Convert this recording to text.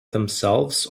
themselves